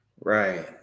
Right